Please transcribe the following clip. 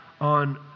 on